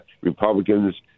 Republicans